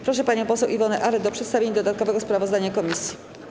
Proszę panią poseł Iwonę Arent o przedstawienie dodatkowego sprawozdania komisji.